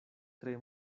tre